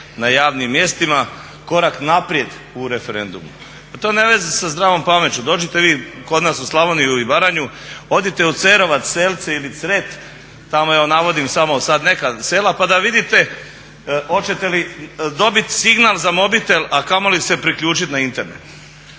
na javnim mjestima korak naprijed u referendumu. Pa to nema veze sa zdravom pameću. Dođite vi kod nas u Slavoniju i Baranju, odite u Cerovac selce ili Cret tamo, evo navodim samo sad neka sela, pa da vidite hoćete li dobiti signal za mobitel a kamoli se priključiti na Internet.